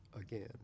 again